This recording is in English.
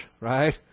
right